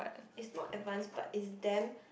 it's not advanced but it's damn